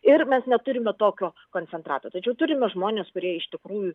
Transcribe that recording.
ir mes neturime tokio koncentrato tačiau turime žmones kurie iš tikrųjų